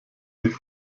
sich